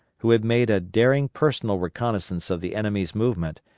who had made a daring personal reconnoissance of the enemy's movement,